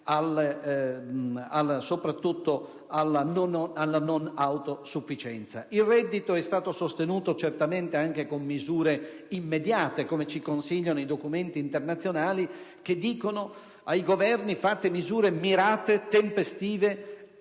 soprattutto alla non autosufficienza. Il reddito è stato sostenuto certamente anche con misure immediate, come ci consigliano i documenti internazionali, che dicono ai Governi di adottare misure mirate, tempestive